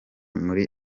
muri